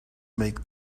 make